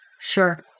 Sure